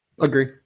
Agree